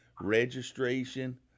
registration